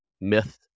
myth